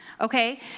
Okay